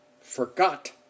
forgot